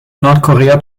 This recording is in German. nordkorea